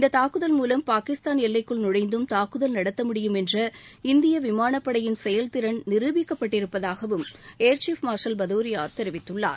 இந்த தாக்குதல் மூலம் பாகிஸ்தான் எல்லைக்குள் நுழைந்தும் தாக்குதல் நடத்த முடியும் என்ற இந்திய விமானப் படையின் செயல்திறன் நிருபிக்கப்பட்டிருப்பதாகவும் ஏர்சீப்மார்ஷல் பதூரியா தெரிவித்துள்ளார்